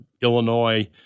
Illinois